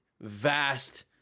vast